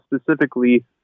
specifically